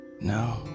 No